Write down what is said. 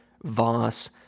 Voss